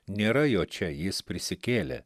nėra jo čia jis prisikėlė